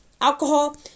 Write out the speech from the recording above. alcohol